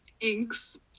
Thanks